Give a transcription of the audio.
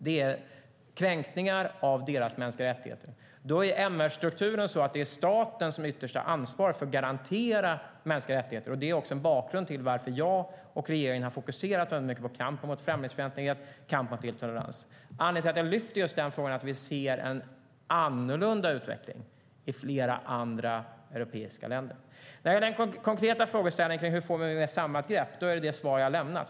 Det är kränkningar av deras mänskliga rättigheter. Då är MR-strukturen sådan att det är staten som ytterst har ansvar för att garantera mänskliga rättigheter. Det är också en bakgrund till varför jag och regeringen har fokuserat väldigt mycket på kampen mot främlingsfientlighet och kampen mot intolerans. Anledningen till att jag lyfter upp just den frågan är att vi ser en annorlunda utveckling i flera andra europeiska länder. När det gäller den konkreta frågeställningen om hur vi får ett samlat grepp är svaret det som jag har lämnat.